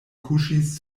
kuŝis